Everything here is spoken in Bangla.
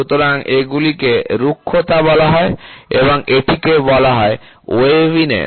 সুতরাং এগুলিকে রুক্ষতা বলা হয় এবং এটিকে বলা হয় ওয়েভিনেস